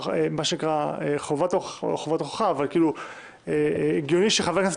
חובת ההוכחה אבל כאילו טבעי שחברי הכנסת